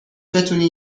بتونی